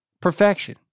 perfection